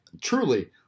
truly